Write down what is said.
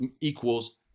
equals